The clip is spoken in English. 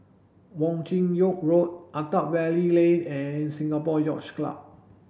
Wong Chin Yoke Road Attap Valley Lane and Singapore Yacht Club